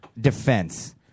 defense